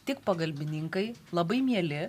tik pagalbininkai labai mieli